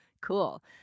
Cool